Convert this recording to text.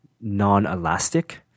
non-elastic